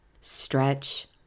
stretch